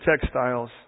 textiles